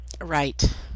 right